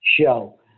show